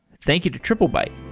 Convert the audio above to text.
thank you to triplebyte